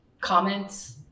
Comments